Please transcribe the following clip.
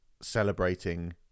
celebrating